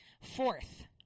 fourth